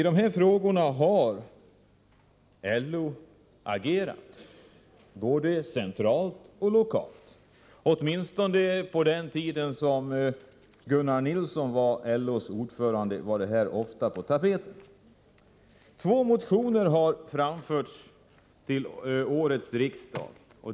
LO har agerat i dessa frågor både centralt och lokalt. Åtminstone på den tiden då Gunnar Nilsson var LO:s ordförande var semesterfrågorna ofta på tapeten. Det har väckts två socialdemokratiska motioner om semester till årets riksdag.